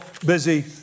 busy